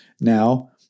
now